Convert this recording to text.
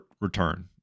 return